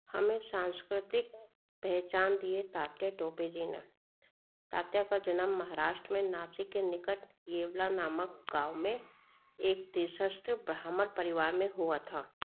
हमें सांस्कृतिक पहचान दिए तात्या टोपे जी ने तात्या का जन्म महाराष्ट्र में नासिक के निकट येवला नामक गाँव में एक देशस्त्र ब्राह्मण परिवार में हुआ था